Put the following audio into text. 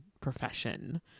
profession